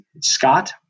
Scott